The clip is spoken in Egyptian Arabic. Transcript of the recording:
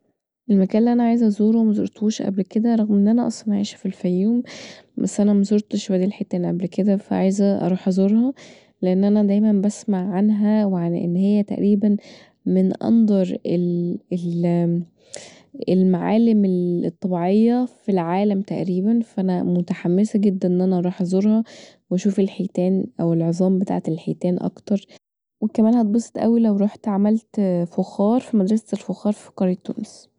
المكان اللي انا عايزه ازوره ومزورتوش قبل كدا برغم ان انا اصلا عايشه في الفيوم بس انا مزورتش وادي الحيتان قبل كدا فعايزه اروح ازورها لان انا دايما بسمع عنها وعن ان هي تقريبا من المعالم الطبيعية في العالم تقريبا، فأنا متحمسه جدا ان انا اروح ازورها واشوف الحيتان او العظام بتاعة الحيتان أكتر وكمان هتبسط اوي لو روحت عملت فخار في مدرسة الفخار في قرية تونس